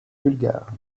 bulgare